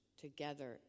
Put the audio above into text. Together